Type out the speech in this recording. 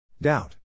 Doubt